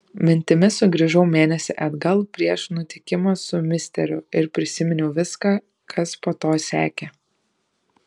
mintimis sugrįžau mėnesį atgal prieš nutikimą su misteriu ir prisiminiau viską kas po to sekė